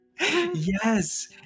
Yes